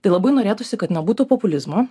tai labai norėtųsi kad nebūtų populizmo